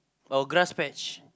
oh grass patch